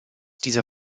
dieser